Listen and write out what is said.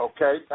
Okay